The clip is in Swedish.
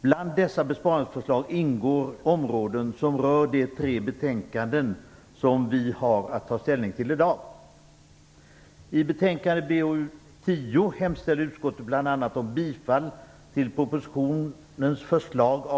Bland dessa besparingsförslag ingår områden som rör de tre betänkanden som vi har att ta ställning till i dag.